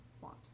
want